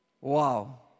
Wow